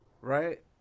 Right